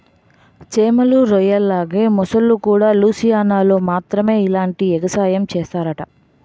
చేమలు, రొయ్యల్లాగే మొసల్లుకూడా లూసియానాలో మాత్రమే ఇలాంటి ఎగసాయం సేస్తరట